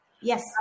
yes